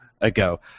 ago